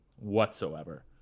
whatsoever